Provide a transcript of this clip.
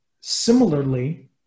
similarly